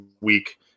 week